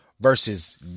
versus